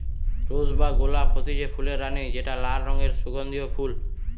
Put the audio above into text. rose বা গোলাপ হতিছে ফুলের রানী যেটা লাল রঙের সুগন্ধিও ফুল